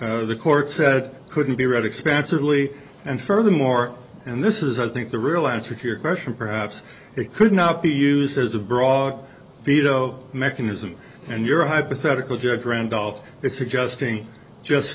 the court said couldn't be read expansively and furthermore and this is i think the real answer to your question perhaps it could not be used as a broad veto mechanism and your hypothetical judge randolph they suggesting just